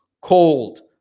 cold